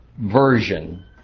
version